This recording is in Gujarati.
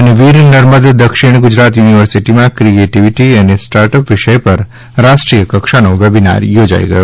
ત વીર નર્મદ દક્ષિણ ગુજરાત યુનિવર્સિટીમાં ક્રિએટીવીટી અને સ્ટાર્ટઅપ વિષય પર રાષ્ટ્રીય કક્ષાના વેબિનાર યોજાઇ ગયો